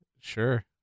Sure